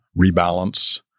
rebalance